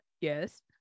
Yes